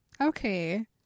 okay